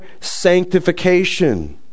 sanctification